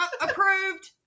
Approved